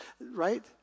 right